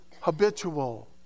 habitual